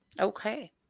okay